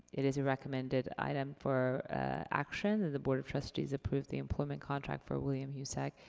it is a recommended item for action that the board of trustees approve the employment contract for william husak,